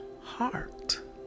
heart